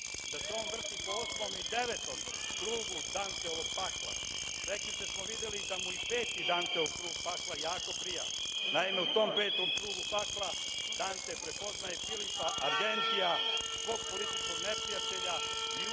uglavnom vrti po osmom i devetom krugu Danteovog pakla. Prekjuče smo videli da mu i peti Danteov krug pakla jako prija. Naime, u tom petom krugu pakla Dante prepoznaje Filipa Argentija, svog političkog neprijatelja, i uživa